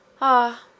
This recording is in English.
Ah